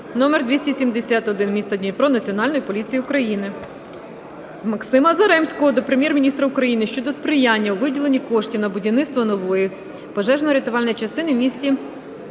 №271 (місто Дніпро) Національної поліції України". Максима Заремського до Прем'єр-міністра України щодо сприяння у виділенні коштів на будівництво нової пожежно-рятувальної частини в місті